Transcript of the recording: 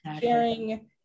sharing